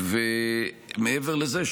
מעבר לזה,